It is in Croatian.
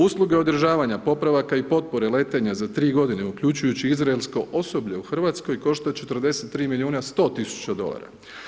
Usluge održavanja, popravaka i potpore letenja za tri godine uključujući izraelsko osoblje u Hrvatskoj košta 43 milijuna 100 tisuća dolara.